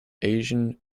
asian